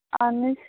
آہَن حظ